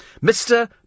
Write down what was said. Mr